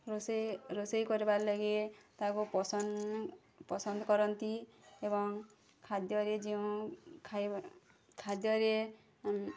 ରୋଷେଇ ରୋଷଇ କର୍ବାର୍ ଲାଗି ତାକୁ ପସନ୍ଦ ପସନ୍ଦ କରନ୍ତି ଏବଂ ଖାଦ୍ୟରେ ଯେଉଁ ଖାଇବା ଖାଦ୍ୟରେ